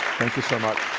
thank you so much